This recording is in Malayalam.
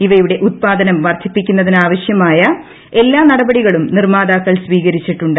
ഇവയുടെ ഉൽപാദനം വർദ്ധിപ്പിക്കുന്നതിന് ആവശൃ്മൂായ എല്ലാ നടപടികളും നിർമ്മാതാക്കൾ സ്വീകരിച്ചിട്ടുണ്ട്